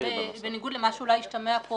בניגוד למה שאולי השתמע פה,